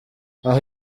aha